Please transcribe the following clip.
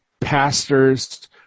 pastors